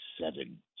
seven